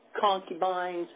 concubines